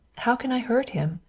how can i hurt him?